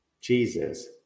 Jesus